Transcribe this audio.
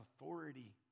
authority